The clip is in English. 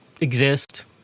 exist